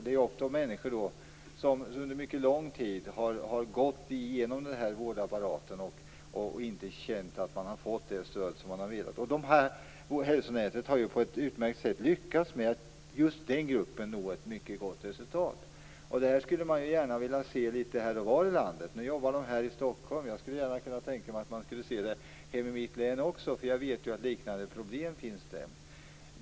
Det är ofta fråga om människor som under mycket lång tid har gått igenom vårdapparaten och inte känt att de har fått det stöd som de hade önskat sig. Hälsonätet har lyckats med att nå ett mycket gott resultat just inom den gruppen. Sådant här skulle jag gärna vilja se litet varstans i landet. Hälsonätet arbetar i Stockholm, men jag skulle gärna se en sådan verksamhet också i mitt hemlän. Jag vet att det finns liknande problem där.